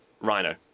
Rhino